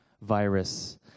virus